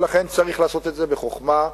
ולכן צריך לעשות את זה בחוכמה,